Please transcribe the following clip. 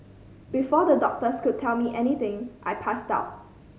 before the doctors could tell me anything I passed out